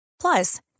plus